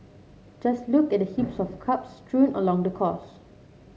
just look at the heaps of cups strewn along the course